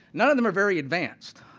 none of them are very advanced.